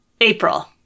April